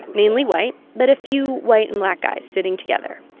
mainly white, but a few white and black guys sitting together.